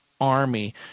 army